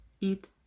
eat